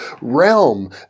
realm